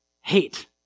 hate